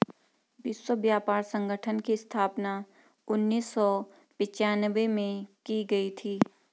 विश्व व्यापार संगठन की स्थापना उन्नीस सौ पिच्यानवे में की गई थी